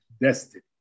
destiny